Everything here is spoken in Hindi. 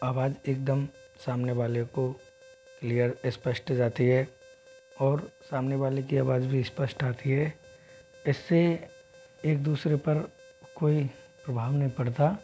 आवाज एकदम सामने वाले को क्लियर स्पष्ट जाती है और सामने वाले की आवाज भी स्पष्ट आती है इससे एक दूसरे पर कोई प्रभाव नहीं पड़ता